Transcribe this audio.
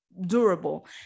durable